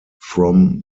from